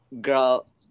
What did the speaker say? girl